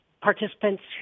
participants